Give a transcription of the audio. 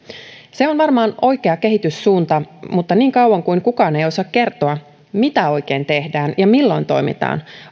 se on varmaan oikea kehityssuunta mutta niin kauan kuin kukaan ei osaa kertoa mitä oikein tehdään ja milloin toimitaan